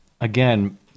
Again